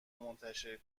منتشر